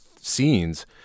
scenes